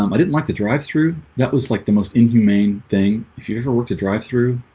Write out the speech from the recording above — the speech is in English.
um i didn't like to drive through that was like the most inhumane thing if you ever work to drive through